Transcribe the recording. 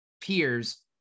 peers